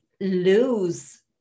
lose